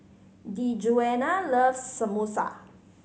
Djuana loves Samosa